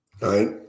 Right